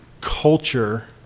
culture